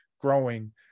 growing